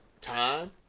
time